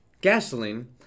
gasoline